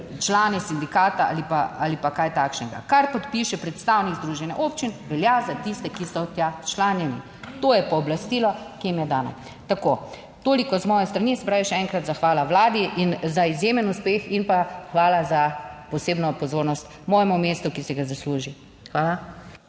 člani sindikata ali pa kaj takšnega - kar podpiše predstavnik Združenja občin, velja za tiste, ki so tja včlanjeni. To je pooblastilo, ki jim je dano. Tako. Toliko z moje strani. Se pravi še enkrat zahvala Vladi in za izjemen uspeh in pa hvala za posebno pozornost mojemu mestu, ki si ga zasluži. Hvala.